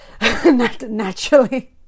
naturally